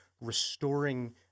restoring